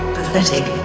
Pathetic